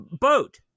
Boat